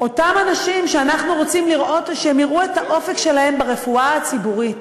אותם אנשים שאנחנו רוצים שהם יראו את האופק שלהם ברפואה הציבורית.